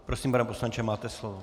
Prosím, pane poslanče, máte slovo.